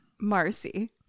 Marcy